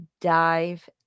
dive